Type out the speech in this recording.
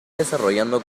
desarrollando